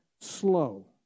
slow